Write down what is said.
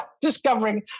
discovering